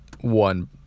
one